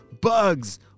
bugs